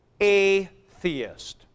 Atheist